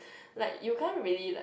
like you can't really like